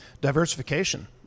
diversification